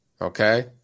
Okay